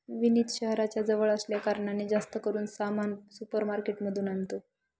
विनीत शहराच्या जवळ असल्या कारणाने, जास्त करून सामान सुपर मार्केट मधून आणतो